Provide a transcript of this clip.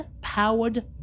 powered